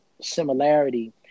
similarity